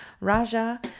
Raja